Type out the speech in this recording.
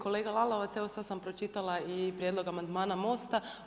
Kolega Lalovac, evo sad sam pročitala i prijedlog amandmana MOST-a.